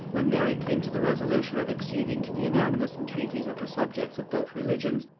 when mary came to the resolution of acceding to the unanimous entreaties of her subjects of both religions,